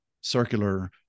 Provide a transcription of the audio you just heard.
circular